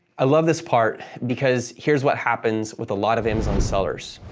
i love this part because here's what happens with a lot of amazon sellers.